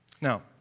Now